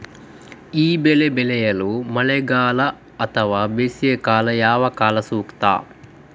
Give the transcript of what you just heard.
ಈ ಬೆಳೆ ಬೆಳೆಯಲು ಮಳೆಗಾಲ ಅಥವಾ ಬೇಸಿಗೆಕಾಲ ಯಾವ ಕಾಲ ಸೂಕ್ತ?